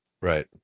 Right